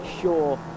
sure